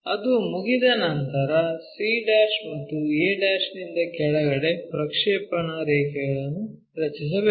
ಅದು ಮುಗಿದ ನಂತರ c ಮತ್ತು a ನಿಂದ ಕೆಳಗಡೆ ಪ್ರಕ್ಷೇಪಣ ರೇಖೆಗಳನ್ನು ರಚಿಸಬೇಕು